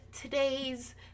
today's